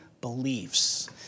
beliefs